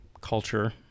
culture